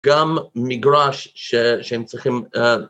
גם מגרש שהם צריכים